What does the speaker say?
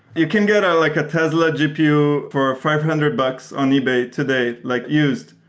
you can get like a tesla gpu for five hundred bucks on ebay today like used,